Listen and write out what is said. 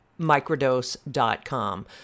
microdose.com